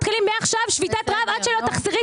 מתחילים מעכשיו שביתת רעב עד שלא תכריז,